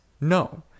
No